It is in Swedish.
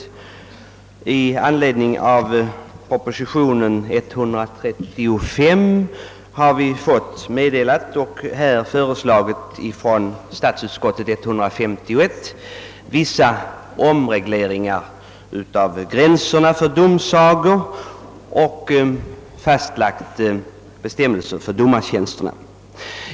Med anledning av proposition nr 135 har i statsutskottets utlåtande nr 151 föreslagits vissa omregleringar av gränserna för domsagor och vissa nya bestämmelser för domartjänsterna.